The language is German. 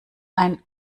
ein